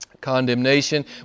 condemnation